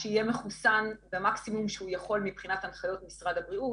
שיהיה מחוסן במקסימום שהוא יכול מבחינת הנחיות משרד הבריאות.